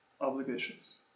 obligations